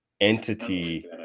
entity